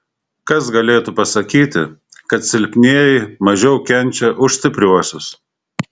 kas galėtų pasakyti kad silpnieji mažiau kenčia už stipriuosius